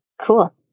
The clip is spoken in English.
Cool